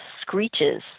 screeches